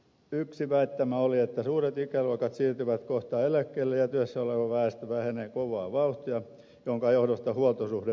yksi väittämä oli että suuret ikäluokat siirtyvät kohta eläkkeelle ja työssä oleva väestö vähenee kovaa vauhtia minkä johdosta huoltosuhde vääristyy